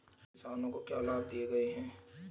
किसानों को क्या लाभ दिए गए हैं?